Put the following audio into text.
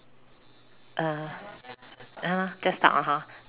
err err just talk lah hor